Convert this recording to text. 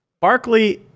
Barclay